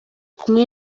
kumwe